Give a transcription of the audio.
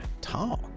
talk